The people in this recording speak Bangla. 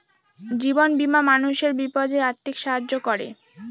জীবন বীমা মানুষের বিপদে আর্থিক সাহায্য করে